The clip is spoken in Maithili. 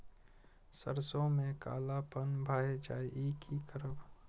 सरसों में कालापन भाय जाय इ कि करब?